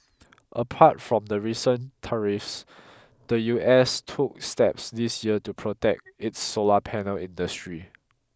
apart from the recent tariffs the U S took steps this year to protect its solar panel industry